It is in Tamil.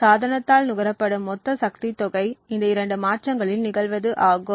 சாதனத்தால் நுகரப்படும் மொத்த சக்தி தொகை இந்த இரண்டு மாற்றங்களில் நிகழ்வது ஆகும்